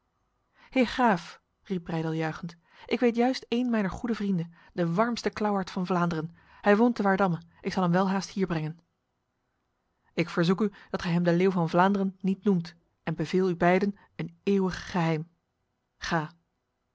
heer graaf riep breydel juichend ik weet juist een mijner goede vrienden de warmste klauwaard van vlaanderen hij woont te waardamme ik zal hem welhaast hier brengen ik verzoek u dat gij hem de leeuw van vlaanderen niet noemt en beveel u beiden een eeuwig geheim ga